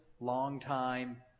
longtime